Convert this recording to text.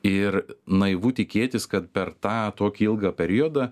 ir naivu tikėtis kad per tą tokį ilgą periodą